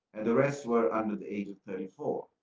and the rest were under the age of thirty four.